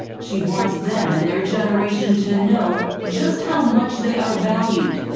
she wants them and their generation to know just how much they are valued.